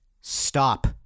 stop